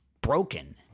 broken